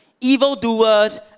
evildoers